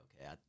okay